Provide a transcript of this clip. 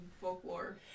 folklore